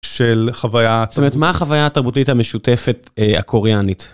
של חוויה מה חוויה התרבותית המשותפת הקוריאנית.